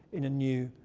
in a new,